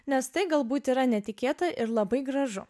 nes tai galbūt yra netikėta ir labai gražu